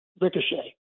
ricochet